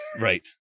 Right